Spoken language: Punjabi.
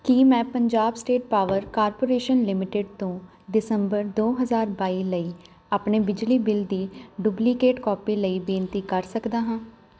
ਕੀ ਮੈਂ Punjab State Power Corporation Limited ਤੋਂ ਦਸੰਬਰ ਦੋ ਹਜ਼ਾਰ ਬਾਈ ਲਈ ਆਪਣੇ ਬਿਜਲੀ ਬਿੱਲ ਦੀ ਡੁਪਲੀਕੇਟ ਕਾਪੀ ਲਈ ਬੇਨਤੀ ਕਰ ਸਕਦਾ ਹਾਂ